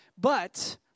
But